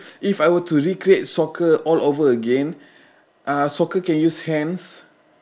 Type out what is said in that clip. if I were to recreate soccer all over again uh soccer can use hands